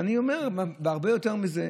ואני אומר הרבה יותר מזה.